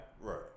right